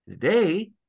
Today